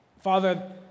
Father